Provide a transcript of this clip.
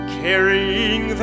carrying